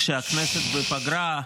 כשהכנסת בפגרה,